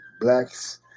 blacks